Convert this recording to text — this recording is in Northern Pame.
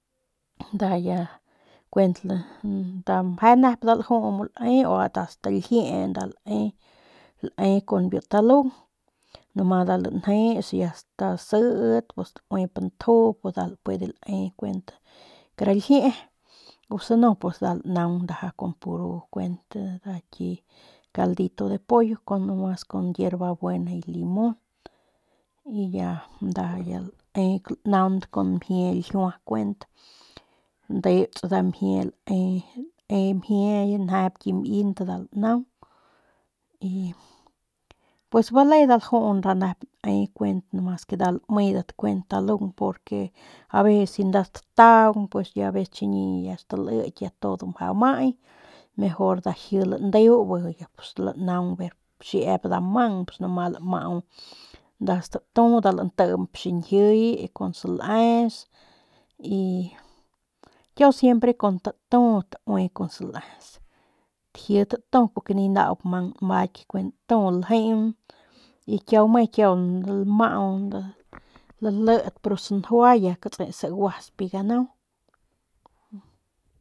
Nda ya kuent ya nda meje nep mu lajuu nda lae y asta ljiee nda lae lae kun biu talung numas nda lanjeus y ya nda stasiit u stauip nju y nda puede lae kuent kara ijiee o si no nda ndaja lanaung kun puro kuent nda ki caldito de pollo nomas con yerbabuena y limon y ya nda lanaunt kun mjie ljiua kuent landeuts nda mjie lae mjie njep ki mint y lanaungy pues bale nda laju nda nep lae mas que nda lamedat kuent talung porque aveces ya nda stataung chiñi ya staliki ya todo mjau amay mejor nda laji landeu pus bi lanaung xiep nda mang nda statu nda lantiimp xiñjiy cun sales kiau siempre cun tatu taui con sales taji tatu porque ni nau mang nmayk ndu ljeun y me kiau lamau lalidp ru sanjua kutse saguasp biu ganau.